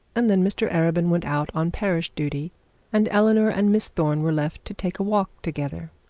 and then mr arabin went out on parish duty and eleanor and miss thorne were left to take a walk together.